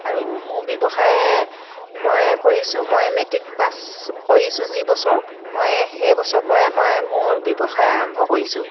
আৰু মোৰ ব্যৱসায় মই কৰিছোঁ মই মেট্ৰিক পাছ কৰিছোঁ যি বছৰ মই সেইবছৰৰ পৰাই মই মোৰ ব্যৱসায় আৰম্ভ কৰিছোঁ